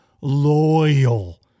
loyal